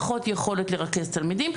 פחות יכולת לרכז תלמידים,